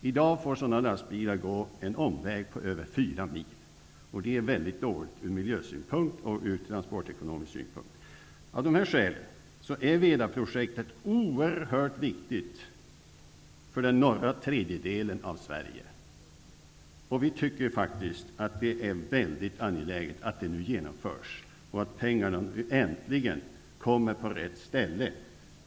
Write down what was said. I dag får sådana lastbilar gå en omväg på över fyra mil, och det är väldigt dåligt ur miljösynpunkt och ur transportekonomisk synpunkt. Av dessa skäl är Vedaprojektet oerhört viktigt för den norra tredjedelen av Sverige. Vi tycker faktiskt att det är väldigt angeläget att det nu genomförs, och att pengarna äntligen kommer på rätt ställe.